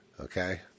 okay